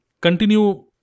continue